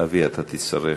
אבי, אתה תצטרך,